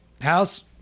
House